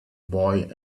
boy